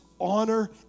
honor